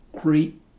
great